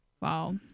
Wow